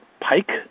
Pike